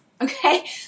okay